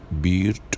beard